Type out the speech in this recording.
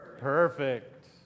perfect